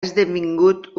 esdevingut